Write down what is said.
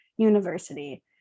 University